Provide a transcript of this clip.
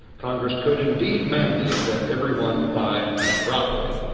congress could indeed mandate that everyone buy broccoli.